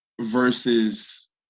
versus